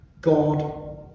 God